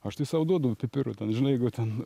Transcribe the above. aš tai sau duodu pipirų ten žinai jeigu ten